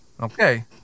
Okay